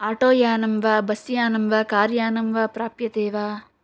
auto यानं वा bus यानं वा कार् यानं वा प्राप्यते वा